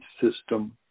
system